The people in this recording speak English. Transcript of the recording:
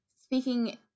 speaking